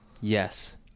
Yes